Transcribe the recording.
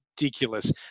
Ridiculous